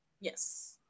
yes